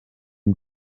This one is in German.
den